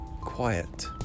quiet